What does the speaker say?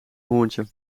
hoorntje